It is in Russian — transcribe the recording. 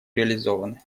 реализованы